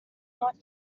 not